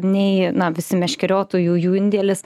nei na visi meškeriotojų jų indėlis